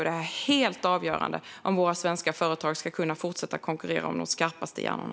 Det här är helt avgörande för om svenska företag ska kunna fortsätta konkurrera om de skarpaste hjärnorna.